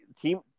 team